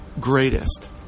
Greatest